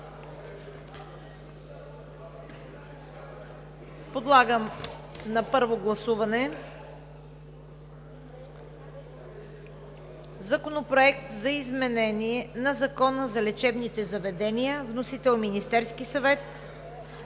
Подлагам на първо гласуване Законопроекта за изменение на Закона за лечебните заведения с вносител Министерският съвет